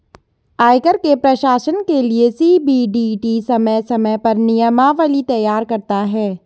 आयकर के प्रशासन के लिये सी.बी.डी.टी समय समय पर नियमावली तैयार करता है